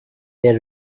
their